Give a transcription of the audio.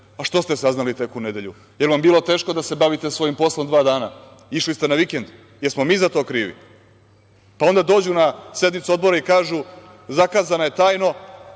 A što ste saznali tek u nedelju? Jel vam bilo teško da se bavite svojim poslom dva dana? Išli ste na vikend? Jesmo li mi za to krivi? Pa onda dođu na sednicu Odbora i kažu – zakazana je tajno,